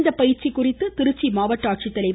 இந்த பயிற்சி குறித்து திருச்சி மாவட்ட ஆட்சித்தலைவர்